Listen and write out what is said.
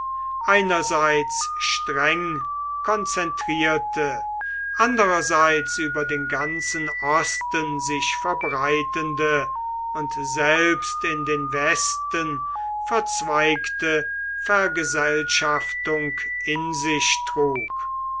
einerseits streng konzentrierte andererseits über den ganzen osten sich verbreitende und selbst in den westen verzweigte vergesellschaftung in sich trug